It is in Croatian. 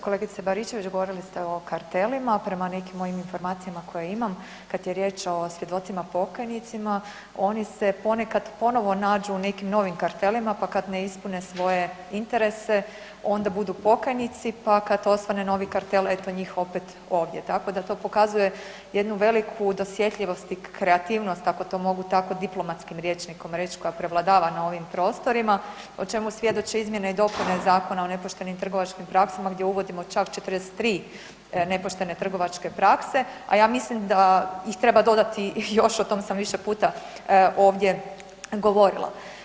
Kolegice Baričević, govorili ste o kartelima, prema nekim mojim informacijama koje imam, kad je riječ o svjedocima pokajnicima, oni se ponekad ponovo nađu u nekim novim kartelima pa kad ne ispune svoje interese, onda budu pokajnici, pa kad osvane novi kartel, eto njih opet ovdje, tako da to pokazuje jednu veliku dosjetljivost i kreativnost, ako to mogu tako diplomatskim rječnikom reći, koja prevladava na ovim prostorima, o čemu svjedoče izmjene i dopune Zakona o nepoštenim trgovačkim praksama gdje uvodimo čak 43 nepoštene trgovačke prakse, a ja mislim da ih treba dodati još, o tome sam više puta ovdje govorila.